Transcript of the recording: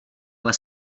ale